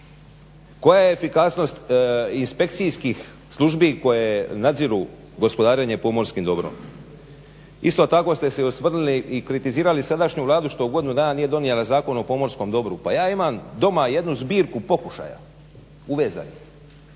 koja je efikasnost inspekcijskih službi koje nadziru gospodarenje pomorskim dobrom. Isto tako ste se i osvrnuli i kritizirali sadašnju Vladu što u godinu dana nije donijela Zakon o pomorskom dobru. Pa ja imam doma jednu zbirku pokušaja uvezanih